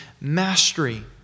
mastery